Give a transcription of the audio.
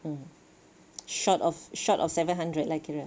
mm short of short of seven hundred lah kira